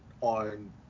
on